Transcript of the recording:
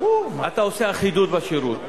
אתה עושה אחידות בשירות.